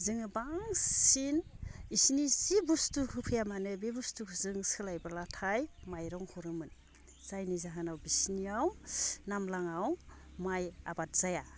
जोङो बांसिन इसिनि जि बुस्थु होफैया मानो बे बुस्थुखो जों सोलायब्लाथाय माइरं हरोमोन जायनि जाहोनाव बिसिनियाव नामलाङाव माइ आबाद जाया